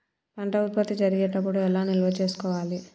పంట ఉత్పత్తి జరిగేటప్పుడు ఎలా నిల్వ చేసుకోవాలి?